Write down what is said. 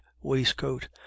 waistcoat